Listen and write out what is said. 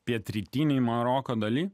pietrytinėje maroko dalyje